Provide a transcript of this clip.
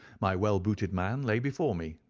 my well-booted man lay before me.